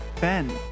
Ben